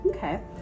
Okay